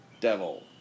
Devil